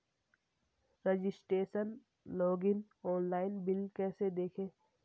Registration login online bill कैसे देखें?